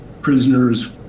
prisoners